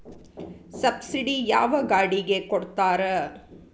Subsidy ಯಾವ ಗಾಡಿಗೆ ಕೊಡ್ತಾರ?